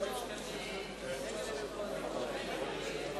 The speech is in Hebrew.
התשס"ט 2009,